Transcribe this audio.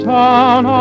town